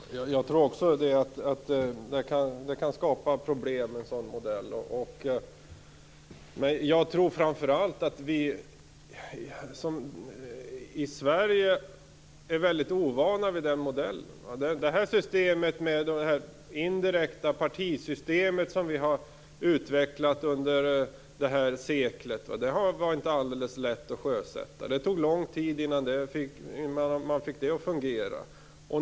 Herr talman! Jag tror också att det kan skapa problem med en sådan modell. Men jag tror framför allt att vi i Sverige är väldigt ovana vid denna modell. Det indirekta partisystem som vi har utvecklat under det här seklet var inte heller alldeles lätt att sjösätta. Det tog lång tid innan man fick det att fungera.